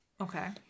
Okay